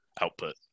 output